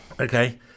Okay